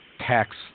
tax